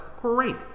great